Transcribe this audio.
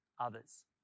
others